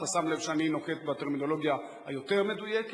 אתה שם לב שאני נוקט את הטרמינולוגיה היותר מדויקת,